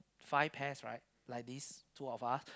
five pairs right like this two of us